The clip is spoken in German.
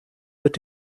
wird